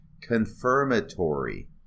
confirmatory